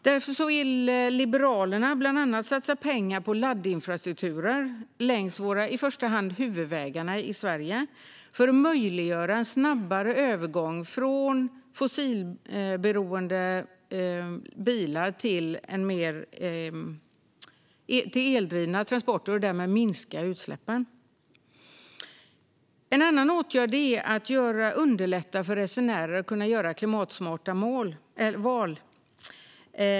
Därför vill Liberalerna bland annat satsa pengar på laddinfrastrukturen längs i första hand våra huvudvägar i Sverige för att möjliggöra en snabbare övergång från fossilberoende bilar till eldrivna transporter och därmed minska utsläppen. En annan åtgärd är att underlätta för resenärer att kunna göra klimatsmarta val.